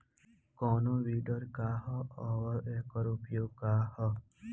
कोनो विडर का ह अउर एकर उपयोग का ह?